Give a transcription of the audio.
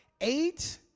Eight